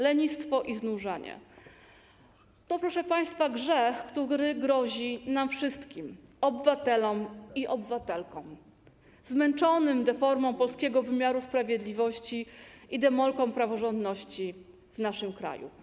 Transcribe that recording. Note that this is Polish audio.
Lenistwo i znużenie - to, proszę państwa, grzech, który grozi nam wszystkim, obywatelom i obywatelkom, zmęczonym deformą polskiego wymiaru sprawiedliwości i demolką praworządności w naszym kraju.